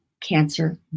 cancer